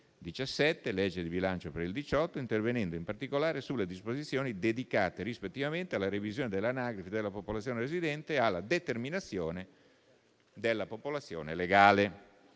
2017 (legge di bilancio per il 2018), intervenendo in particolare sulle disposizioni dedicate, rispettivamente, alla revisione dell'anagrafe della popolazione residente e alla determinazione della popolazione legale.